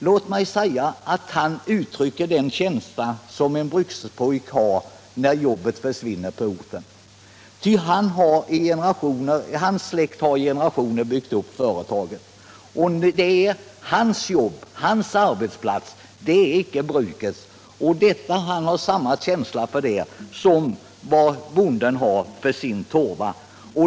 Låt mig säga att han uttrycker den känsla som en brukspojke har när jobbet försvinner på orten. Hans släkt har i generationer byggt upp företaget. Det är hans jobb, hans arbetsplats, icke brukets. Han har samma känsla för det som bonden har för sin torva.